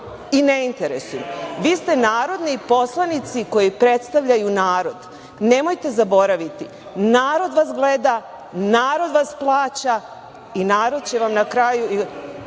i ne interesuju me. Vi ste narodni poslanici koji predstavljaju narod. Nemojte zaboraviti, narod vas gleda, narod vas plaća i narod će vam na kraju...